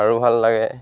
আৰু ভাল লাগে